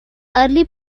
early